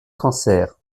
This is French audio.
cancer